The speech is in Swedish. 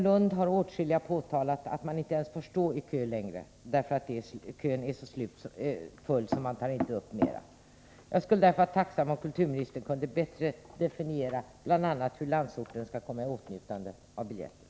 I Lund har åtskilliga påtalat att man inte ens får stå i kö längre, därför att kön är så stor att den inte får bli större. Jag skulle vara tacksam om kulturministern bättre kunde förklara bl.a. hur landsorten skall kunna komma i åtnjutande av biljetter.